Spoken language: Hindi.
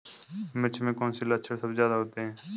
मिर्च में कौन से लक्षण सबसे ज्यादा होते हैं?